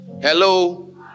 hello